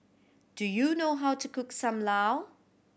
do you know how to cook Sam Lau